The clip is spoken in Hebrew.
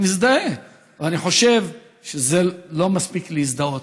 אני מזדהה, ואני חושב שזה לא מספיק להזדהות,